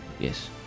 Yes